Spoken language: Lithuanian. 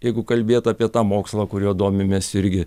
jeigu kalbėt apie tą mokslą kuriuo domimės irgi